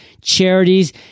charities